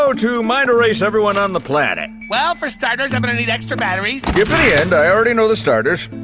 so to mind erase everyone on the planet? well, for starters i'm gonna need extra batteries. skip to the end, i already know the starters.